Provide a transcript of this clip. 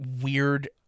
weird